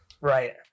Right